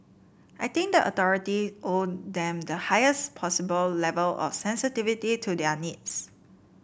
I think the authority owe them the higher possible level of sensitivity to their needs